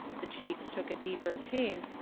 the cheeks took a deeper pink,